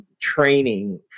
training